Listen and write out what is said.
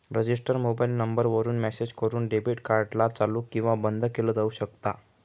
register mobile number वरून message करून debit card ला चालू किंवा बंद केलं जाऊ शकता